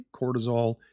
cortisol